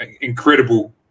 incredible